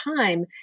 time